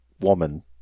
woman